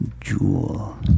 Jewel